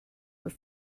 were